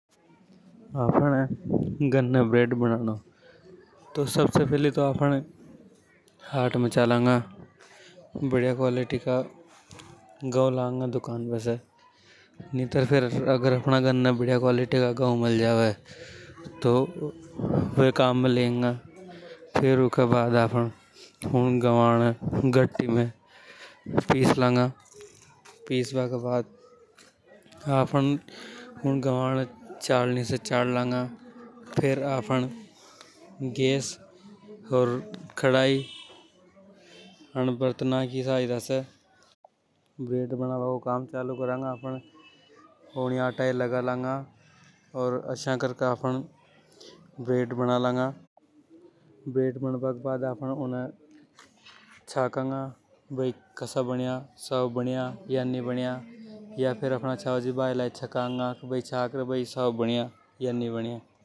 आपने गन्ने ब्रैड बनानो तो सबसे फैली। आपन हाट में चलांगा हाट में से बढ़िया क्वॉलिटी का गव लांगा। नितार फेर अपने घर ने बढ़िया क्वॉलिटी का गव मल जावे तो उने काम ले लांगा। फेर ऊके बाद आपन उन गवा ने घटतीं में पीस लांगा। पिस बा के बाद आपन उन गवा ने चालनी से चाल लांगा फेर आपन गैस ओर कड़ाई अण बरतना की सहायता से ब्रैड बनाबा को कम चालू करंगा आपन। ऊनिये आटा ये आपन लगा लांगा आशय करके आपन ब्रैड बंबा के बाद आपन उने चाकांगा के कसया बनया साव बनया या नि। छाव फेर आपन अपना भायला ये चाकांगा।